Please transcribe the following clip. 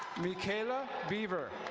mikayla beaver.